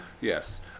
Yes